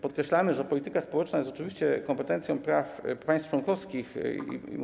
Podkreślamy, że polityka społeczna jest rzeczywiście kompetencją praw państw członkowskich.